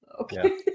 okay